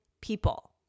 people